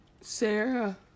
sarah